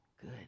good